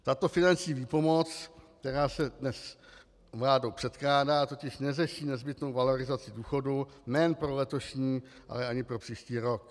Tato finanční výpomoc, která se dnes vládou předkládá, totiž neřeší nezbytnou valorizaci důchodů nejen pro letošní, ale ani pro příští rok.